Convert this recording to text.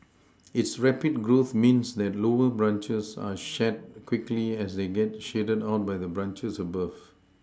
its rapid growth means that lower branches are shed quickly as they get shaded out by the branches above